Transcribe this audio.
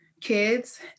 kids